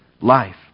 life